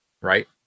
right